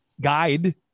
guide